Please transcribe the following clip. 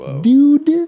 Dude